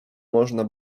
można